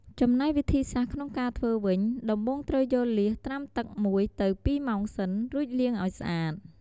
ចំណែកវិធីសាស្រ្តក្នុងការធ្វើវិញ ដំបូងត្រូវយកលៀសត្រាំទឹក១ទៅ២ម៉ោងសិន រួចលាងឲ្យស្អាត។